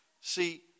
See